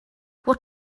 what